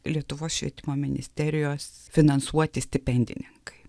lietuvos švietimo ministerijos finansuoti stipendininkai